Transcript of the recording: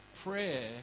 Prayer